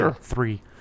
three